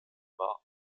war